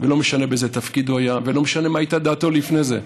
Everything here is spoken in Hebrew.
לא משנה באיזה תפקיד הוא היה ולא משנה מה הייתה דעתו לפני זה.